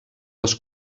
les